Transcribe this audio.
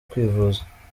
kwivuza